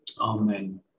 Amen